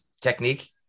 technique